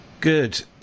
Good